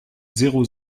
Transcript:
zéro